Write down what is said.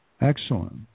excellent